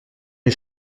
les